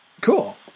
Cool